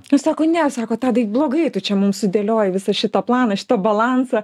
tai sako ne sako tadai blogai tu čia mums sudėliojai visą šitą planą šitą balansą